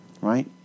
Right